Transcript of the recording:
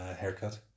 haircut